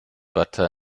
butter